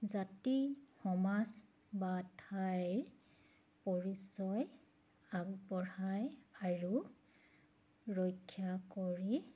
জাতি সমাজ বা ঠাইৰ পৰিচয় আগবঢ়াই আৰু ৰক্ষা কৰি